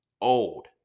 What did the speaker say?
old